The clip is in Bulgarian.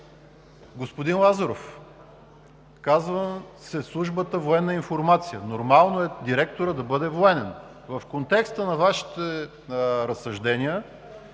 Господин Лазаров, казва се Служба „Военна информация“. Нормално е директорът да бъде военен. В контекста на Вашите разсъждения